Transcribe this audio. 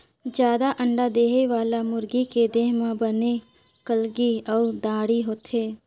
जादा अंडा देहे वाला मुरगी के देह म बने कलंगी अउ दाड़ी होथे